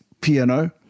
piano